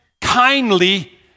kindly